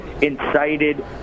incited